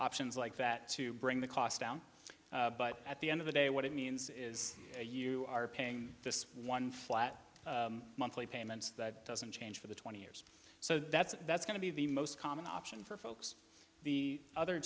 options like that to bring the cost down but at the end of the day what it means is that you are paying this one flat monthly payments that doesn't change for the twenty years so that's that's going to be the most common option for folks the other